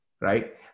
right